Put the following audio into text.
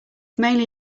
mainly